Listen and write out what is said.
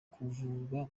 kuvurwa